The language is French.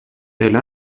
elle